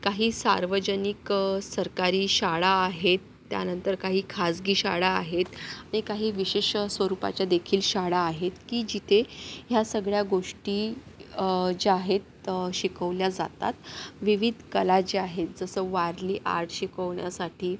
काही सार्वजनिक सरकारी शाळा आहेत त्यानंतर काही खाजगी शाळा आहेत आणि काही विशेष स्वरूपाच्या देखील शाळा आहेत की जिथे या सगळ्या गोष्टी ज्या आहेत शिकवल्या जातात विविध कला ज्या आहेत जसं वारली आर्ट शिकवण्यासाठी